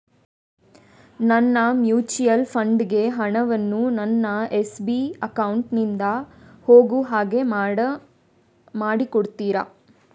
ನನ್ನ mutual fund ಗೆ ಹಣ ವನ್ನು ನನ್ನ ಎಸ್.ಬಿ ಅಕೌಂಟ್ ನಿಂದ ಹೋಗು ಹಾಗೆ ಮಾಡಿಕೊಡುತ್ತೀರಾ?